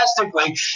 drastically